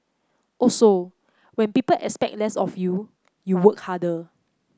also when people expect less of you you work harder